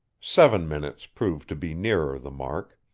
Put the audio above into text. seven minutes proved to be nearer the mark.